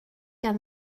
gan